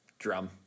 drum